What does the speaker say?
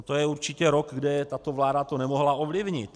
To je určitě rok, kdy to tato vláda nemohla ovlivnit.